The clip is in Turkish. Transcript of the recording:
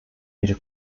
bir